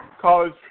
college